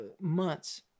months